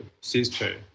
sister